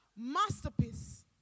masterpiece